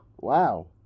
Wow